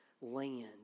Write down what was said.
land